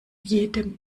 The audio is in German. jedem